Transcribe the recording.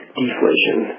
deflation